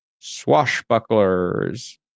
swashbucklers